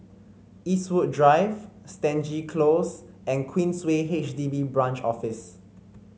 Eastwood Drive Stangee Close and Queensway H D B Branch Office